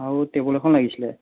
আৰু টেবুল এখন লাগিছিলে